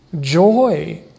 joy